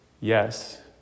yes